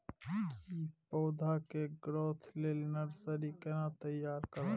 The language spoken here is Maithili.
की पौधा के ग्रोथ लेल नर्सरी केना तैयार करब?